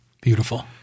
Beautiful